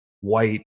white